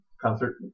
concert